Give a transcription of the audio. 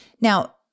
Now